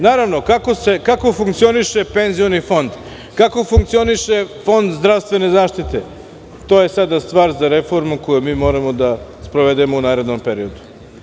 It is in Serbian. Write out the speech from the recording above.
Naravno kako funkcioniše penzioni fond, kako funkcioniše Fond zdravstvene zaštite, to je sada stvar za reformu koju mi moramo da sprovedemo u narednom periodu.